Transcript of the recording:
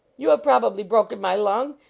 you have probably broken my lung.